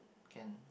can